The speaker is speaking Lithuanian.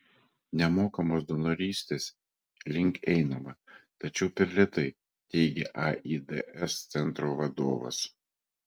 nemokamos donorystės link einama tačiau per lėtai teigė aids centro vadovas